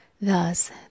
Thus